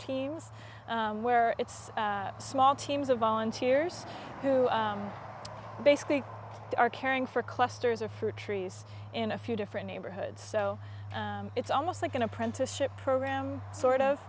teams where it's small teams of volunteers who basically are caring for clusters of fruit trees in a few different neighborhoods so it's almost like an apprenticeship program sort of